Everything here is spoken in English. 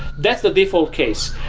that's the default case.